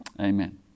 Amen